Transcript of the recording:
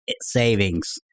savings